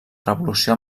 revolució